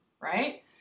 right